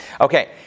Okay